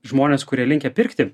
žmones kurie linkę pirkti